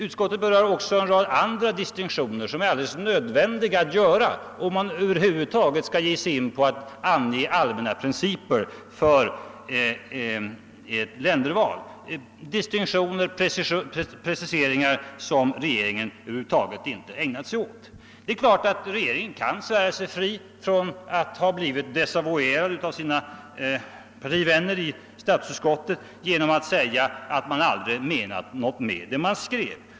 Utskottet berör också en rad andra distinktioner som det är alldeles nödvändigt att ta upp om man alls skall ge sig in på att ange allmänna principer för länderval — distinktioner och preciseringar som regeringen över huvud taget inte brytt sig om. Det är klart att regeringen kan svära sig fri från att ha blivit desavuerad av sina partivänner i statsutskottet genom att säga att den aldrig menat något med vad den skrev.